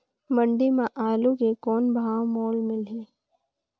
मंडी म आलू के कौन भाव मोल मिलही?